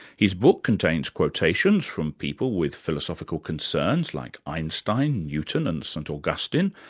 his book contains quotations from people with philosophical concerns like einstein, newton and st augustine,